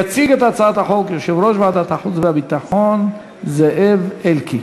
יציג את הצעת החוק יושב-ראש ועדת החוץ והביטחון זאב אלקין.